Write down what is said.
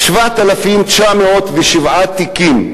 לא רצועת-עזה ולא יהודה ושומרון.